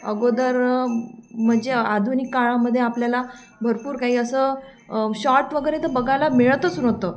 अगोदर म्हणजे आधुनिक काळामध्ये आपल्याला भरपूर काही असं शॉर्ट वगैरे तर बघायला मिळतच नव्हतं